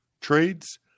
trades